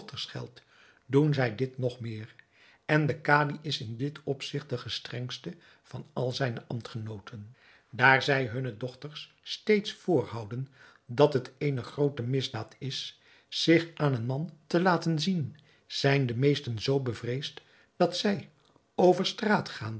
doen zij dit nog meer en de kadi is in dit opzigt de gestrengste van al zijne ambtgenooten daar zij hunne dochters steeds voorhouden dat het eene groote misdaad is zich aan een man te laten zien zijn de meesten zoo bevreesd dat zij over straat